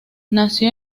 nació